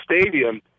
Stadium